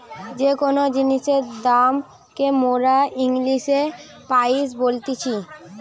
যে কোন জিনিসের দাম কে মোরা ইংলিশে প্রাইস বলতিছি